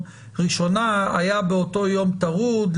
היה באותו יום טרוד,